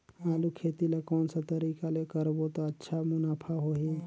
आलू खेती ला कोन सा तरीका ले करबो त अच्छा मुनाफा होही?